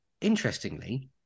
interestingly